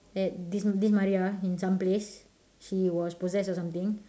at this Maria in some place she was possessed or something